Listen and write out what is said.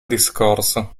discorso